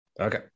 Okay